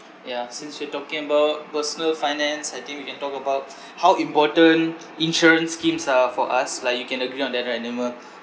ya since you're talking about personal finance I think we can talk about how important insurance schemes are for us like you can agree on that right nema